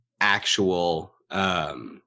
actual